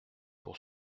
pour